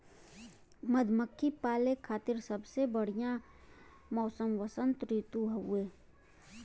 मधुमक्खी पाले खातिर सबसे बढ़िया मौसम वसंत ऋतु हउवे